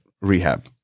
rehab